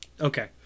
Okay